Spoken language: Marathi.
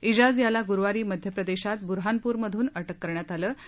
इजाज याला गुरूवारी मध्यप्रदेशात ब्रहानपूरमधून अटक करण्यात आलं होतं